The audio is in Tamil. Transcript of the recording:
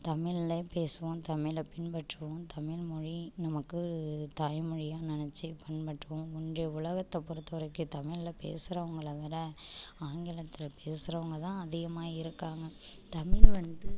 தமிழ்ல பேசுவோம் தமிழை பின்பற்றுவோம் தமிழ் மொழி நமக்கு தாய் மொழியாக நினச்சி பின்பற்றுவோம் இன்றைய உலகத்தை பொறுத்த வரைக்கும் தமிழ்ல பேசுகிறவங்கள விட ஆங்கிலத்தில் பேசுகிறவங்க தான் அதிகமாக இருக்காங்கள் தமிழ் வந்து